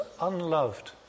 unloved